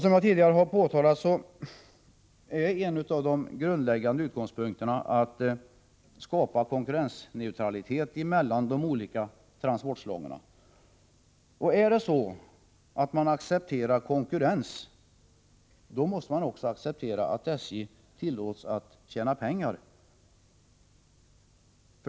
Som jag tidigare framhållit är en av de grundläggande utgångspunkterna att skapa konkurrensneutralitet mellan de olika transportslagen. Är det så att man accepterar konkurrens, då måste man också acceptera att SJ tillåts att tjäna pengar.